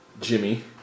Jimmy